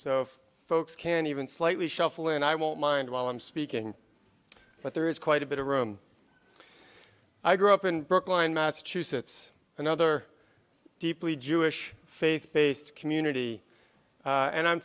so folks can even slightly shuffle and i won't mind while i'm speaking but there is quite a bit of room i grew up in brookline massachusetts another deeply jewish faith based community and i'm